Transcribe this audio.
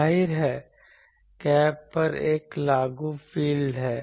जाहिर है गैप पर एक लागू फील्ड है